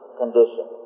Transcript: condition